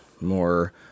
more